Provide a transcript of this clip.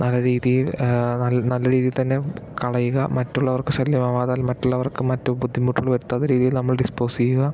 നല്ല രീതിയിൽ നല്ല രീതിയിൽ തന്നെ കളയുക മറ്റുള്ളവർക്ക് ശല്യമാവാതെ മറ്റുള്ളവർക്ക് മറ്റു ബുദ്ധിമുട്ടുകൾ വരുത്താതെ രീതിയിൽ നമ്മൾ ഡിസ്പോസ് ചെയ്യുക